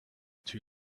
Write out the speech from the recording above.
too